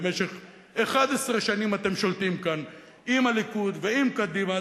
במשך 11 שנים אתם שולטים כאן עם הליכוד ועם קדימה,